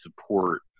support